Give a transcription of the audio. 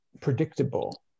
predictable